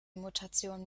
mutation